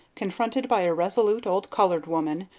confronted by a resolute old colored woman,